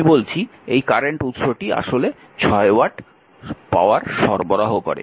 আমি বলছি এই কারেন্ট উত্সটি আসলে 6 ওয়াট সরবরাহ করে